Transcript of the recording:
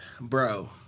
Bro